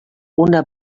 una